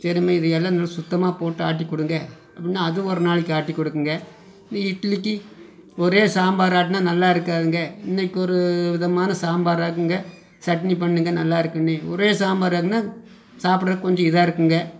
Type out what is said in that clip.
திரும்பி இதையெல்லாம் நல்லா சுத்தமாக போட்டு ஆட்டி கொடுங்க அப்படின்னா அது ஒரு நாளைக்கு ஆட்டி கொடுக்குங்க இந்த இட்லிக்கு ஒரே சாம்பார் ஆக்கினா நல்லா இருக்காதுங்க இன்னைக்கு ஒரு விதமான சாம்பார் ஆக்குங்கள் சட்னி பண்ணுங்கள் நல்லா இருக்கும்னு ஒரே சாம்பார் ஆக்கினா சாப்புடுறதுக்கு கொஞ்சம் இதாக இருக்கும்ங்க